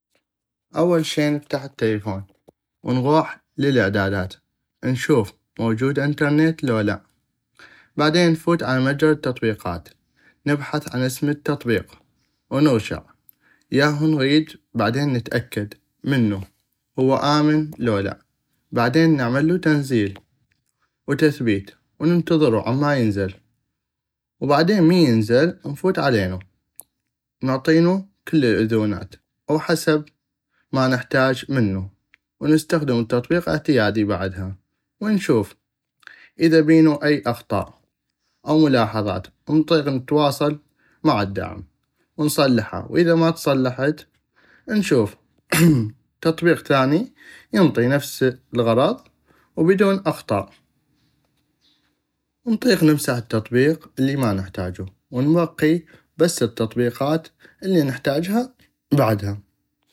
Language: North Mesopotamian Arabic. اول شي نفتح التلفون ونغوح على الاعدادات نشوف موجود انترنيت لو لا بعدين نفوت على متجر التطبيقات نبحث عن اسم التطبيق ونغشع ياهو نغيد بعدين نتاكد منو هو امن لو لا بعدين نعملو تنزيل وتثبيت ونتظرو علما ينزل وبعدين من ينزل نفوت علينو ونعطينو كل الاذونات او حسب ما نحتاج منو ونستخدم التطبيق اعتيادي بعدها ونشوف اذا بينو اي اخطاء او ملاحظات نطيق نتواصل مع الدعم ونصلحها واذا ما تصلحت نشوف تطبيق ثاني ينطي نفس الغرض وبدون اخطاء وانطيق نمسح التطبيق الي ما نحتاجو ونبقي بس التطبيقات الي نتحتاجها بعدها.